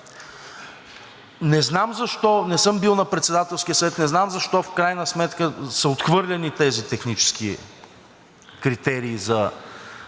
Не знам защо, не съм бил на Председателския съвет, не знам защо в крайна сметка са отхвърлени тези технически критерии за